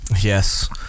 yes